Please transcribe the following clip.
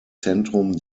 zentrum